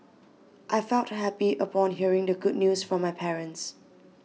I felt happy upon hearing the good news from my parents